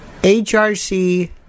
HRC